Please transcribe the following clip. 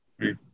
right